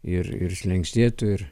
ir ir slenkstėtų ir